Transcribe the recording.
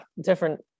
Different